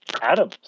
Adam